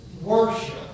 worship